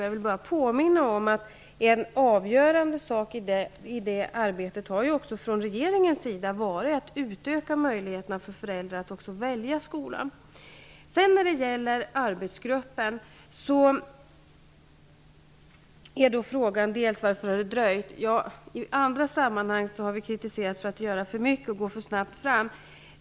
Jag vill påminna om att det från regeringens sida var avgörande att i det arbetet utöka möjligheterna för föräldrar att välja skola. Det frågades varför det dröjt innan arbetet i arbetsgruppen kommit i gång. I andra sammanhang har vi kritiserats för att göra för mycket och gå för snabbt fram.